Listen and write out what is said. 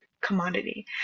commodity